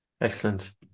Excellent